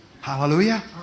Hallelujah